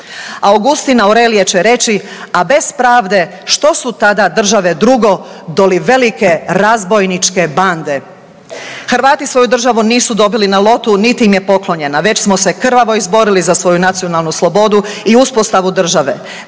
Augustin Aurelije će reći: „A bez pravde što su tada države drugo doli velike razbojnike bande.“ Hrvati svoju državu nisu dobili na lotu niti im je poklonjena, već smo se krvavo izborili za svoju nacionalnu slobodu i uspostavu države.